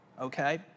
okay